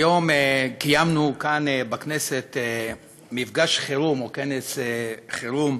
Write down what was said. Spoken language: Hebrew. היום קיימנו כאן בכנסת מפגש חירום, או כנס חירום,